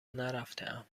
نرفتهام